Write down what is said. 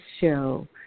show